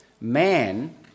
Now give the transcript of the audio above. Man